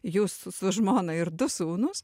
jūs su žmona ir du sūnūs